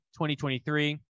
2023